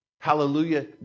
Hallelujah